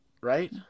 Right